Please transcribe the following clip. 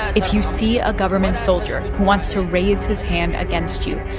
if you see a government soldier who wants to raise his hand against you,